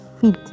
feet